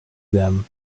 them